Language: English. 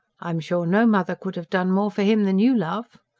i'm sure no mother could have done more for him than you, love.